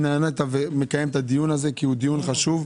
שנענית לקיים את הדיון הזה כי הוא דיון חשוב.